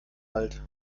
alt